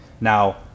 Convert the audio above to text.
Now